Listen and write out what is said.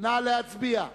האיחוד הלאומי לסעיף 8(1)